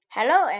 Hello